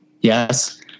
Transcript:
Yes